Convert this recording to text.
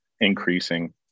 increasing